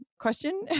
question